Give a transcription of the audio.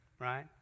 right